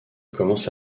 commence